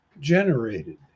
generated